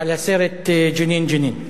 על הסרט "ג'נין ג'נין".